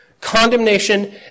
condemnation